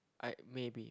I maybe